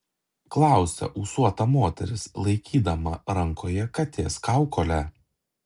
klausia ūsuota moteris laikydama rankoje katės kaukolę